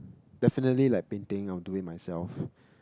definitely like painting I would do it myself